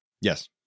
Yes